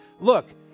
look